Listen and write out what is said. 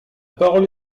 parole